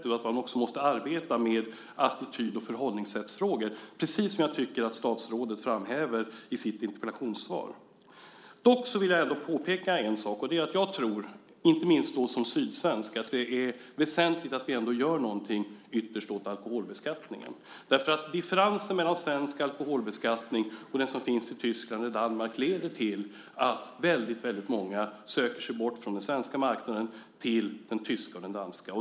Därför måste man också arbeta med attityd och förhållningssättsfrågor, precis som jag tycker att statsrådet framhäver i sitt interpellationssvar. Dock vill jag påpeka en sak. Jag tror, inte minst som sydsvensk, att det är väsentligt att vi ytterst gör något åt alkoholbeskattningen. Differensen mellan svensk alkoholbeskattning och den som finns i Tyskland eller Danmark leder nämligen till att väldigt många söker sig bort från den svenska marknaden till den tyska eller den danska.